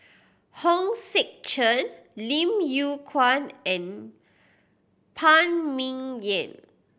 Hong Sek Chern Lim Yew Kuan and Phan Ming Yen